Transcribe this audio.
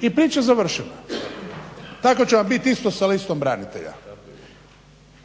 i priča završena. Tako će vam bit isto sa listom branitelja.